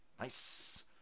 Nice